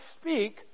speak